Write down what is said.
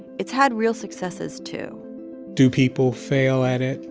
it's had real successes, too do people fail at it?